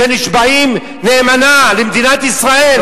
שנשבעים אמונים למדינת ישראל,